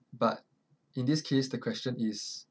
but in this case the question is